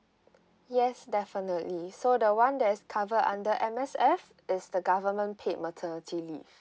yes definitely so the one that is covered under M_S_F is the government paid maternity leave